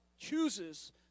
chooses